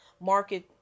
market